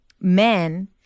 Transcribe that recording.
men